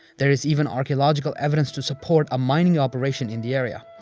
there is even archaeological evidence to support a mining operation in the area.